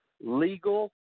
legal